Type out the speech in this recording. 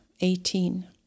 eighteen